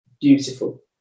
beautiful